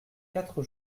quatre